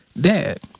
Dad